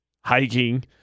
Hiking